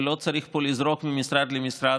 לא צריך פה לזרוק ממשרד למשרד,